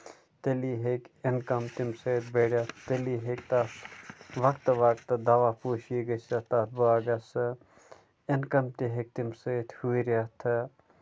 تیٚلہِ ہیٚکہِ اِنکَم تَمہِ سۭتۍ بٔڈِتھ تیٚلہِ ہیٚکہِ تَتھ وقتہٕ وقتہٕ دواہ پوٗشی گٔژھِتھ تَتھ باغَس سٍتۍ اِنکَم تہِ ہیٚکہِ تَمہِ سۭتۍ ہُرِتھ تہٕ